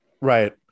Right